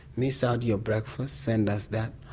miss out your breakfast, send us that.